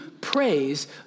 praise